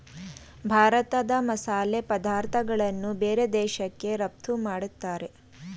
ಭಾರತ ಮಸಾಲೆ ಪದಾರ್ಥಗಳನ್ನು ಬೇರೆ ದೇಶಕ್ಕೆ ರಫ್ತು ಮಾಡತ್ತರೆ